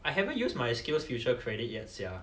I haven't use my SkillsFuture credit yet sia